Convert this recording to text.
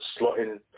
slotting